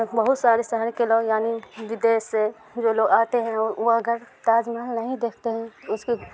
بہت سارے شہر کے لوگ یعنی ودیش سے جو لوگ آتے ہیں وہ اگر تاج محل نہیں دیکھتے ہیں اس کے